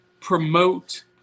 promote